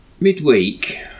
midweek